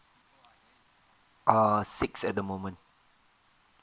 err six at the moment